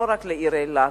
לא רק לעיר אילת,